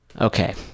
Okay